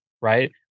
right